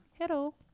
Hello